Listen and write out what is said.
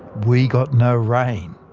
we got no rain.